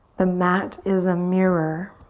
the mat is a mirror